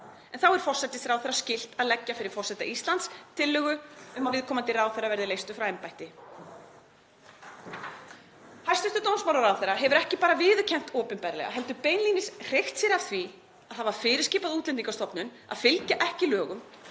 en þá er forsætisráðherra skylt að leggja fyrir forseta Íslands tillögu um að viðkomandi ráðherra verði leystur frá embætti. Hæstv. dómsmálaráðherra hefur ekki bara viðurkennt opinberlega, heldur beinlínis hreykt sér af því að hafa fyrirskipað Útlendingastofnun að fylgja ekki lögum